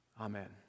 Amen